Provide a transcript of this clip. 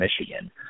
Michigan